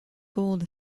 gold